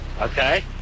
okay